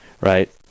Right